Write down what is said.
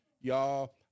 y'all